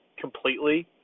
completely